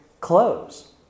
clothes